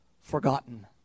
forgotten